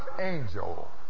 angel